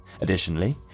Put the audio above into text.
Additionally